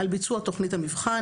על ביצוע תכנית המבחן,